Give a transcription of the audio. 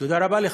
תודה רבה לך.